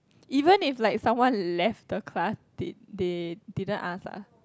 even if like someone left the class they they didn't ask lah